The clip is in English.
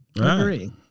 Agree